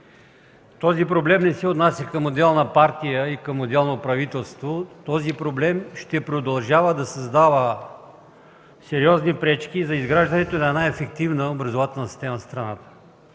Той не се отнася към отделна партия или отделно правителство. Този проблем ще продължава да създава сериозни пречки за изграждането на ефективна образователна система в страната.